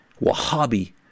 Wahhabi